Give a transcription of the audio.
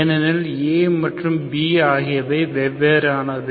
ஏனெனில் a மற்றும் b ஆகியவை வெவ்வேறானவை